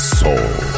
soul